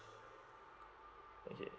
okay